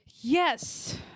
Yes